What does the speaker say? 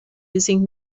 using